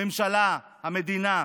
הממשלה, המדינה.